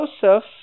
Joseph